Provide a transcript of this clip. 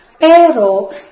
Pero